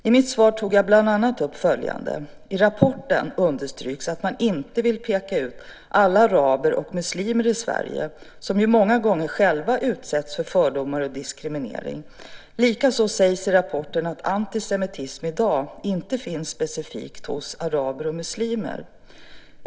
I mitt svar tog jag bland annat upp följande. I rapporten understryks att man inte vill peka ut alla araber och muslimer i Sverige, som ju många gånger själva utsätts för fördomar och diskriminering. Likaså sägs i rapporten att antisemitism i dag inte finns specifikt hos araber och muslimer.